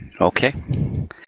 Okay